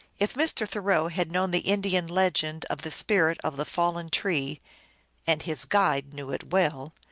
if mr. thoreau had known the indian legend of the spirit of the fallen tree and his guide knew it well